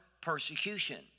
persecution